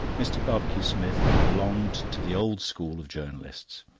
mr. barbecue-smith belonged to the old school of journalists.